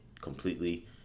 completely